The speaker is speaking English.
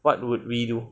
what would we do